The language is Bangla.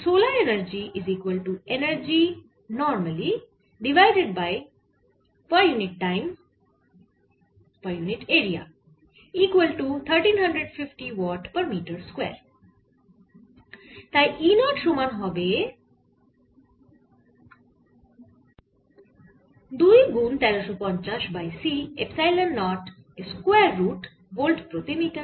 তাই E 0 সমান হবে 2 গুন 1350 বাই c এপসাইলন 0 এর স্কয়ার রুট ভোল্ট প্রতি মিটার